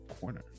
Corner